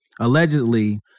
allegedly